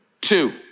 two